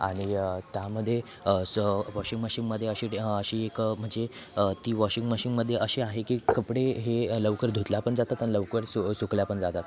आणि त्यामध्ये स वॉशिंग मशीनमध्ये अशी अशी एक म्हणजे ती वॉशिंग मशीनमधी अशी आहे की कपडे हे लवकर धुतल्या पण जातात आणि लवकर सु सुकल्या पण जातात